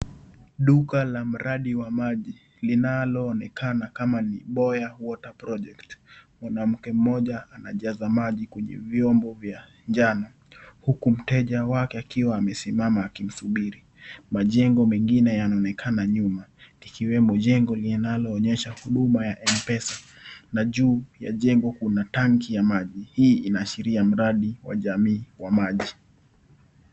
Duka la mradi wa maji linaloonekana kama ni Boya Water Project. Mwanamke mmoja anajaza maji kwenye vyombo vya njano huku mteja wake akiwa amesimama akimsubiri. Majengo mengine yanaonekana nyuma ikiwemo jengo linalo onyesha huduma ya Mpesa na juu ya jengo kuna tangi ya maji. Hii inaashiria mradi wa jamii wa maji.